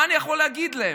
מה אני יכול להגיד להם?